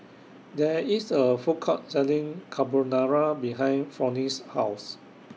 There IS A Food Court Selling Carbonara behind Fronnie's House